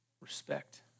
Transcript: respect